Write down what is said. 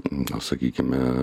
na sakykime